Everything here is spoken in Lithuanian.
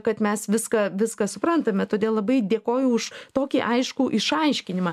kad mes viską viską suprantame todėl labai dėkoju už tokį aiškų išaiškinimą